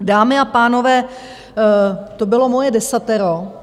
Dámy a pánové, to bylo moje desatero.